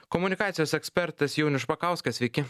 komunikacijos ekspertas jaunius špakauskas sveiki